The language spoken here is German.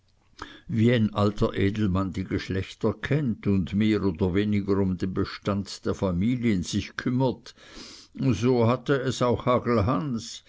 wie ein alter edelmann die geschlechter kennt und mehr oder weniger um den bestand der familien sich kümmert so hatte es auch